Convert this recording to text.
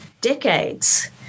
decades